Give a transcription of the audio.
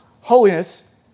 holiness